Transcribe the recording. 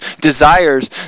desires